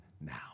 now